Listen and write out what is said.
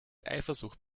eifersucht